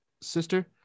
sister